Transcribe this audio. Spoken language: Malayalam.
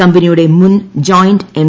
കമ്പനിയുടെ മുൻ ജോയിന്റ് എം